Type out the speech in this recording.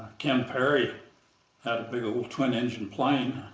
ken perry had a big old twin-engine plane,